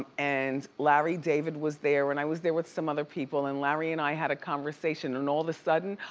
and larry david was there and i was there with some other people, and larry and i had a conversation, and all of a sudden,